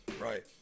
right